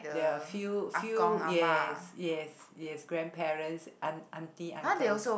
there are a few few yes yes yes grandparents aunt aunty uncles